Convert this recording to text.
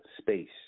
space